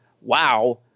Wow